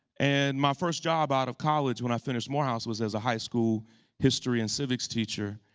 and my first job out of college, when i finished morehouse, was as a high school history and civics teacher.